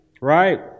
right